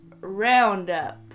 roundup